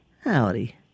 Howdy